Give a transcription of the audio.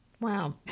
Wow